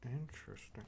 Interesting